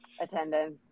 attendance